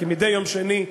כמדי יום שני,